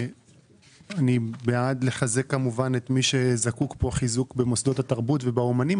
אני בעד לחזק כמובן את מי שזקוק פה לחיזוק במוסדות התרבות ובאמנים,